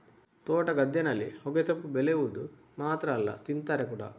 ತೋಟ, ಗದ್ದೆನಲ್ಲಿ ಹೊಗೆಸೊಪ್ಪು ಬೆಳೆವುದು ಮಾತ್ರ ಅಲ್ಲ ತಿಂತಾರೆ ಕೂಡಾ